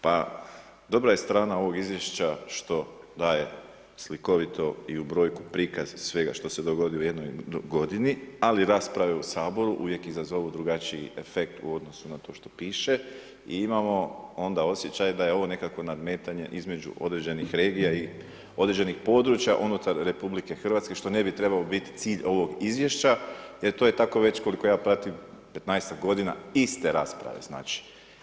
Pa dobra je strana ovog izvješća što daje slikovito i u brojku prikaz svega što se dogodi u jednoj godini, ali rasprave u Saboru uvijek izazovu drugačiji efekt u odnosu na to što piše i imamo onda osjećaj da je ovo nekakvo nadmetanje između određenih regija i određenih područja unutar RH i što ne bi trebao biti cilj ovog izvješća jer to je tako već koliko ja pratim petnaestak godina iste rasprave, znači.